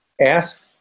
Ask